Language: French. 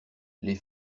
les